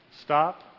Stop